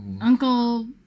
uncle